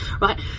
right